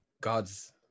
God's